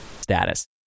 status